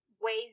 ways